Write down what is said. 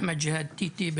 אחמד ג׳יהאד טיטי,